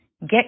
Get